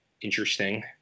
interesting